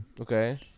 Okay